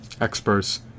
experts